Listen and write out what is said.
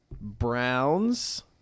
Browns